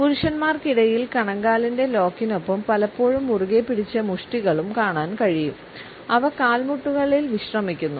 പുരുഷന്മാർക്കിടയിൽ കണങ്കാലിന്റെ ലോക്കിനൊപ്പം പലപ്പോഴും മുറുകെപ്പിടിച്ച മുഷ്ടികളും കാണാൻ കഴിയും അവ കാൽമുട്ടുകളിൽ വിശ്രമിക്കുന്നു